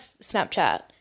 Snapchat